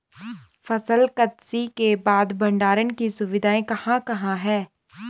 फसल कत्सी के बाद भंडारण की सुविधाएं कहाँ कहाँ हैं?